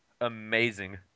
amazing